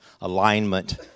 Alignment